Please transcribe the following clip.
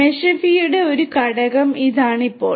മെഷിഫിയുടെ ഒരു ഘടകം ഇതാണ് ഇപ്പോൾ